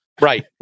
Right